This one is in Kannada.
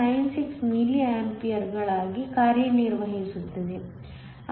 96 ಮಿಲಿ ಆಂಪಿಯರ್ಗಳಾಗಿ ಕಾರ್ಯನಿರ್ವಹಿಸುತ್ತದೆ